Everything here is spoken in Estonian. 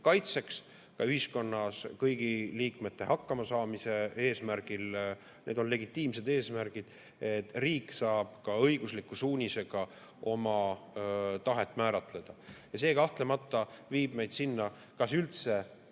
kaitseks, ka ühiskonna kõigi liikmete hakkamasaamiseks legitiimsed eesmärgid, riik saab ka õigusliku suunisega oma tahet määratleda. See kahtlemata viib meid sinna, et üldse